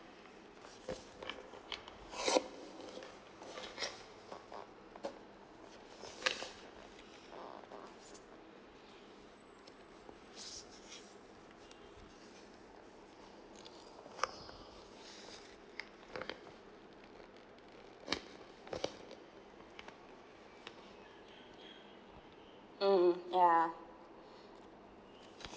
mm ya